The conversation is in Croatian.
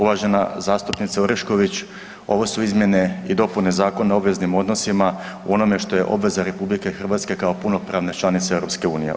uvažena zastupnice Orešković, ovo su izmjene i dopune Zakona o obveznim odnosima u onome što je obveza RH kao punopravne članice EU.